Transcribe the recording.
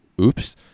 Oops